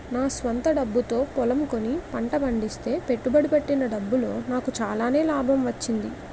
నా స్వంత డబ్బుతో పొలం కొని పంట పండిస్తే పెట్టుబడి పెట్టిన డబ్బులో నాకు చాలానే లాభం వచ్చింది